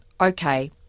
Okay